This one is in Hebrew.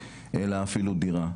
אלא אפילו דירה.